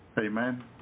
Amen